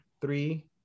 three